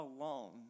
alone